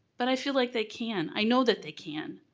but i feel like they can. i know that they can.